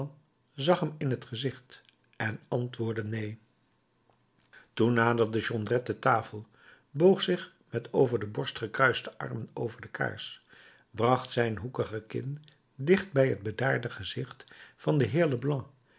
zag hem in t gezicht en antwoordde neen toen naderde jondrette de tafel boog zich met over de borst gekruiste armen over de kaars bracht zijn hoekige kin dicht bij het bedaarde gezicht van den heer leblanc